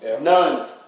none